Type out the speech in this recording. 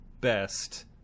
best